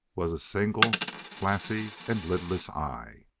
was a single glassy and lidless eye.